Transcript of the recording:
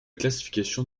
classification